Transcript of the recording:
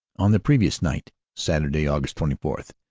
on the previous night, saturday, aug. twenty four,